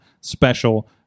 special